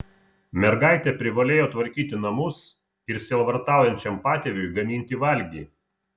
mergaitė privalėjo tvarkyti namus ir sielvartaujančiam patėviui gaminti valgį